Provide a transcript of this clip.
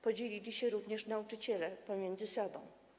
Podzielili się również nauczyciele pomiędzy sobą.